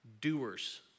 doers